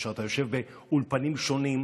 כאשר אתה יושב באולפנים שונים,